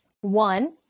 One